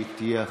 היא תהיה אחריך.